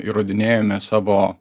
įrodinėjome savo